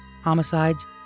homicides